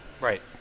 Right